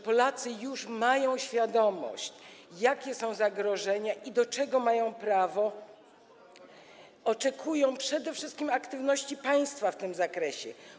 Polacy już mają świadomość tego, jakie są zagrożenia i do czego mają prawo, dlatego oczekują przede wszystkim aktywności państwa w tym zakresie.